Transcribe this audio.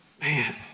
Man